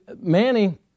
Manny